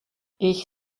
ich